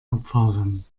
abfahren